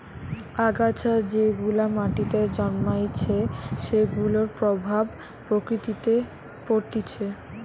আগাছা যেগুলা মাটিতে জন্মাইছে সেগুলার প্রভাব প্রকৃতিতে পরতিছে